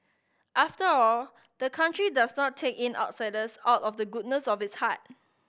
after all the country does not take in outsiders out of the goodness of its heart